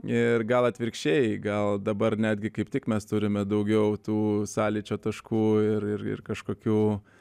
ir gal atvirkščiai gal dabar netgi kaip tik mes turime daugiau tų sąlyčio taškų ir ir kažkokių